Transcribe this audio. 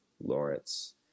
lawrence